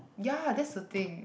ya that's the thing